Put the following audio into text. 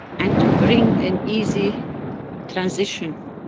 and to bring an easy transition.